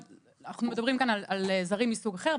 ואנחנו מדברים כאן על זרים מסוג אחר,